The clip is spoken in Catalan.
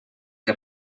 que